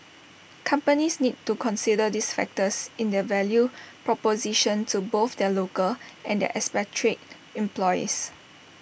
companies need to consider these factors in their value proposition to both their local and their expatriate employees